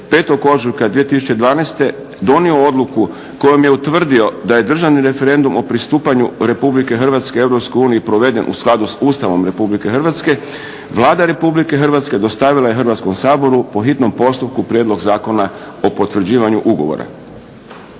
5. ožujka 2012. donio Odluku kojom je utvrdio da je Državni referendum o pristupanju Republike Hrvatske Europskoj uniji proveden u skladu s Ustavom RH Vlada Republike Hrvatske dostavila je Hrvatskom saboru po hitnom postupku prijedlog Zakona o potvrđivanju ugovora.